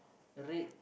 red